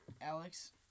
Alex